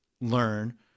learn